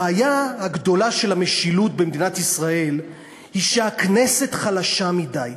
הבעיה הגדולה של המשילות במדינת ישראל היא שהכנסת חלשה מדי,